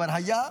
כבר היה.